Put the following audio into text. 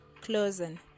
closing